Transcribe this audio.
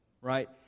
right